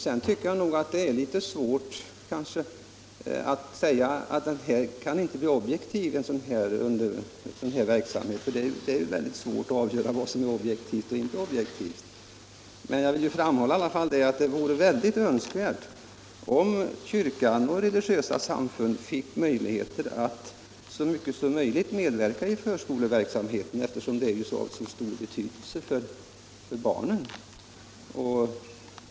Sedan tycker jag att man inte kan säga att en sådan här verksamhet inte kan bli objektiv; det är svårt att avgöra vad som är objektivt och inte objektivt. Jag vill emellertid framhålla att det vore värdefullt om kyrkan och de religiösa samfunden fick möjligheter att så mycket som möjligt medverka i förskolans verksamhet, eftersom det skulle ha betydelse för barnen.